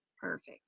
Perfect